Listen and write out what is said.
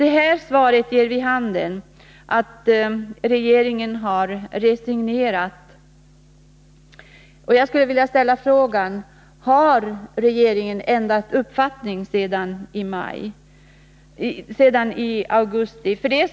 Det här svaret ger vid handen att regeringen har resignerat, och jag skulle vilja ställa frågan: Har regeringen ändrat uppfattning sedan i augusti?